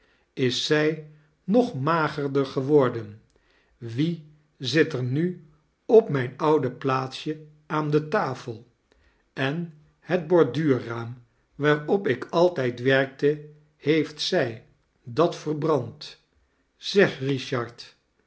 is zij nog magerder geworden wie zit er nu op mijn oude plaatsj aan de tafel en het borduurraam waaa op ik altijd werkte heeft zij dat verbrand zeg richard